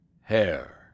hair